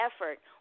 effort